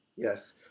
Yes